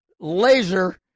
laser